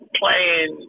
playing